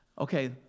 Okay